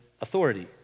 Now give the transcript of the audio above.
authority